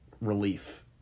relief